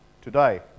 today